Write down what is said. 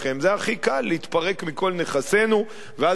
זה הכי קל להתפרק מכל נכסינו ואז להיות